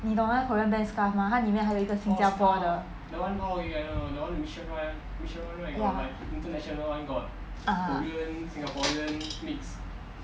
你懂那个 korean band skarf mah 他里面还有一个新加坡的 !wah! ah